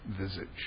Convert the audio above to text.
visage